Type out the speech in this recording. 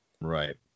right